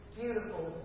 beautiful